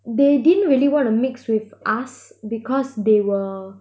they didn't really want to mix with us because they were